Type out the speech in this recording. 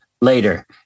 later